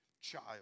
child